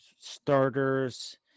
starters